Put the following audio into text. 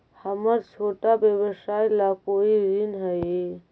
हमर छोटा व्यवसाय ला कोई ऋण हई?